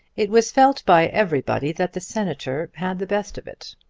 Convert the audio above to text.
it was felt by everybody that the senator had the best of it.